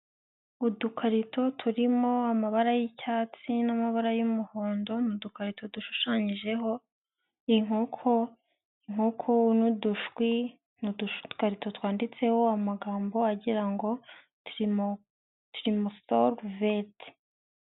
Udukarito turimo amabara y'icyatsi n'amabara y'umuhondo ni udukarito dushushanyijeho inkoko, inkoko n'udushwi, ni udukarito twanditseho amagambo agira ngo: "Tromoxol Vet".